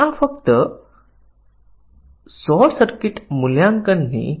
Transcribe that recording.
જો a એ b કરતાં વધુ છે તો કંઈક પ્રિન્ટફ કરો